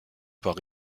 par